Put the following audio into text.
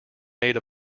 made